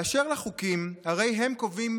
באשר לחוקים, הרי הם קובעים